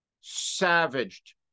savaged